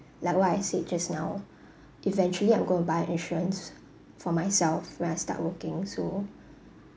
like what I said just now eventually I'm going to buy insurance for myself when I start working so